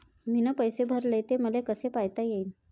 मीन पैसे भरले, ते मले कसे पायता येईन?